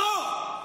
שרוך.